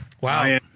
Wow